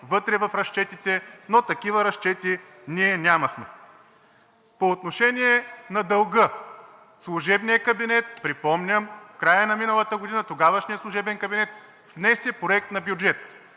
вътре в разчетите, но такива разчети ние нямахме. По отношение на дълга. Припомням, в края на миналата година тогавашният служебен кабинет внесе проект на бюджет.